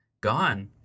gone